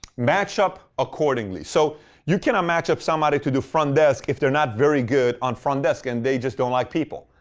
match up accordingly. so you cannot match up somebody to do front desk if they're not very good on front desk, and they just don't like people.